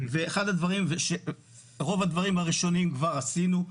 את רוב הדברים הראשונים כבר עשינו.